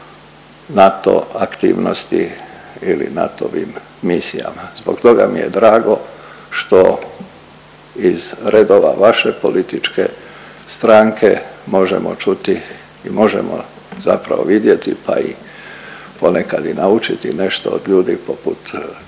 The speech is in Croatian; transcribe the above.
NATO aktivnosti ili NATO-ovim misijama. Zbog toga mi je drago što iz redova vaše političke stranke možemo čuti i možemo zapravo vidjeti, pa i ponekad i naučiti nešto od ljudi poput Tonina